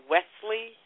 Wesley